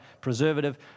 preservative